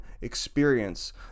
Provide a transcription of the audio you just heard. experience